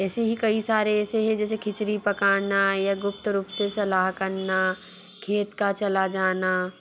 ऐसे ही कई सारे एसे है जैसे खिचरी पकाना या गुप्त रूप से सलाह करना खेत का चला जाना